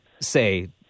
say